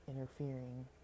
interfering